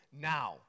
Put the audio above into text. now